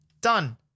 Done